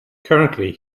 currently